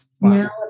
Now